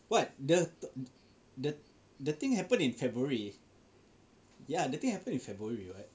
what the the the thing happened in February ya the thing happened in February [what]